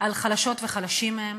על חלשות וחלשים מהם,